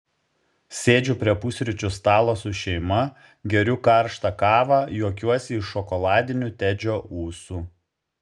sėdžiu prie pusryčių stalo su šeima geriu karštą kavą juokiuosi iš šokoladinių tedžio ūsų